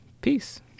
peace